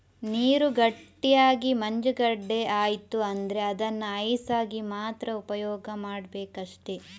ನೀರು ಗಟ್ಟಿಯಾಗಿ ಮಂಜುಗಡ್ಡೆ ಆಯ್ತು ಅಂದ್ರೆ ಅದನ್ನ ಐಸ್ ಆಗಿ ಮಾತ್ರ ಉಪಯೋಗ ಮಾಡ್ಬೇಕಷ್ಟೆ